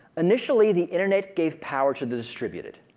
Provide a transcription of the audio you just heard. initially, the internet gave power to the distributed.